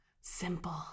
simple